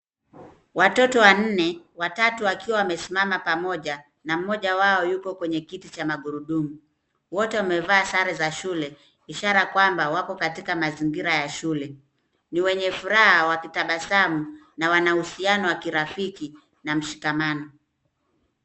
Watoto wanne, watatu wakiwa wamesimama pamoja na mmoja wao yuko kwenye kiti cha magurudumu. Wote wamevaa sare za shule ishara kwamba wako katika mazingira ya shule. Ni wenye furaha wakitabasamu na wana uhusiano wa kirafiki na mshikamano.